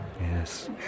yes